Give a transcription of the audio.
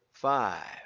Five